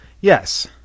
yes